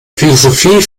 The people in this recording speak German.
philosophie